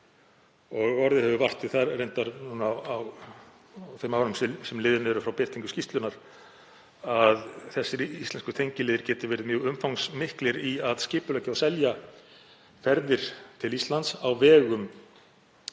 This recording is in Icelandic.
Orðið hefur vart við það, reyndar á þeim árum sem liðin eru frá birtingu skýrslunnar, að þessir íslensku tengiliðir geti verið mjög umfangsmiklir í að skipuleggja og selja ferðir til Íslands á vegum